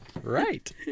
Right